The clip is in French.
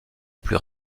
plus